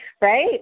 Right